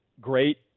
great